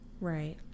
Right